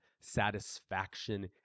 satisfaction